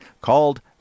called